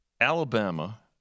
Alabama